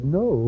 no